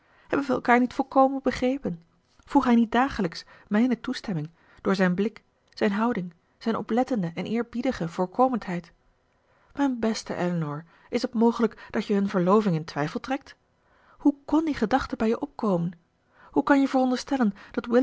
hebben wij elkaar niet volkomen begrepen vroeg hij niet dagelijks mijne toestemming door zijn blik zijn houding zijn oplettende en eerbiedige voorkomendheid mijn beste elinor is het mogelijk dat je hun verloving in twijfel trekt hoe kon die gedachte bij je opkomen hoe kan je veronderstellen dat